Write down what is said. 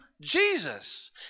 Jesus